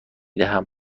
دهم